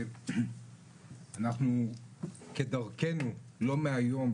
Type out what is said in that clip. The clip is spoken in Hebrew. אנחנו כדרכנו לא מהיום,